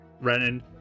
Renan